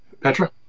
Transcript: Petra